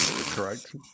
Correct